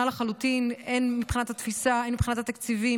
לחלוטין הן מבחינת התפיסה הן מבחינת התקציבים,